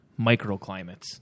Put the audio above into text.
Microclimates